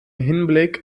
hinblick